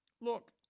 Look